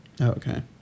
okay